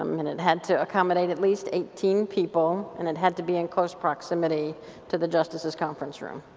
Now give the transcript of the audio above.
um and it had to accomadate at least eighteen people and it had to be in close proximity to the justices' conference room.